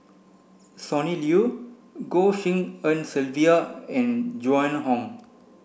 Sonny Liew Goh Tshin En Sylvia and Joan Hon